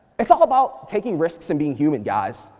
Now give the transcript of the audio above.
it's all about taking risks and being human, guys,